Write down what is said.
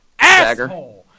Asshole